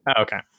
Okay